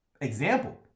example